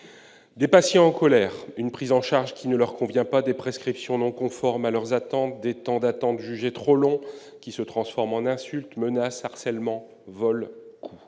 de patients- pour une prise en charge qui ne leur convient pas, des prescriptions non conformes à leurs attentes, des temps d'attente jugés trop longs -entraîne insultes, menaces, harcèlement, vols, coups.